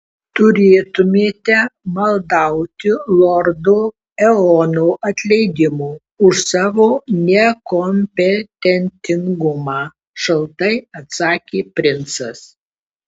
turėtumėte maldauti lordo eono atleidimo už savo nekompetentingumą šaltai atsakė princas